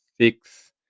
six